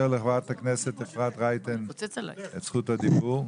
לחברת הכנסת אפרת רייטן את זכות הדיבור.